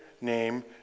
name